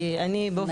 כי אני באופן אישי,